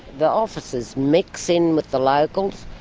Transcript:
the officers mix in with the locals.